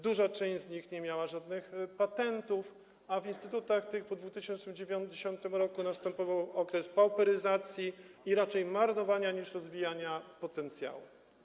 Duża część z nich nie miała żadnych patentów, a w instytutach tych po 2010 r. następował okres pauperyzacji i raczej marnowania niż rozwijania potencjału.